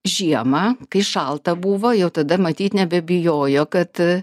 žiemą kai šalta buvo jau tada matyt nebebijojo kad